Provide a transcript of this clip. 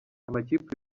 amakipe